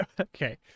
Okay